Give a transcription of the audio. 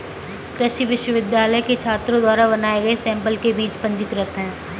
कृषि विश्वविद्यालय के छात्रों द्वारा बनाए गए सैंपल के बीज पंजीकृत हैं